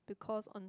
because on